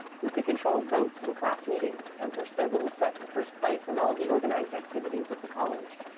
who could control votes in class-meetings and push their little set to first place in all the organized activities of the college.